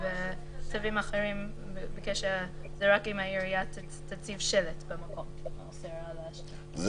בצווים אחרים שרק אם העירייה תציב שלט במקום האוסר על השתייה.